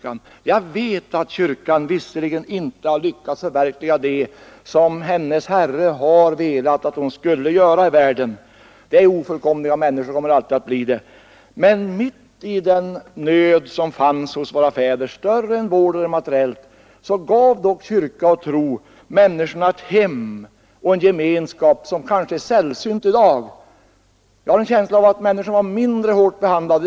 Visserligen vet jag att kyrkan inte har lyckats förverkliga det som hennes Herre har velat att hon skulle göra här i världen, eftersom vi människor ju är ofullkomliga och alltid kommer att förbli så, men mitt i den nöd som fanns hos våra fäder — större än vår materiellt — gav dock kyrkan människorna tro och ett hem och en gemenskap som kanske är sällsynt i dag. Jag har också en känsla av att människorna då var mindre hårt behandlade.